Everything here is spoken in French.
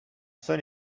seul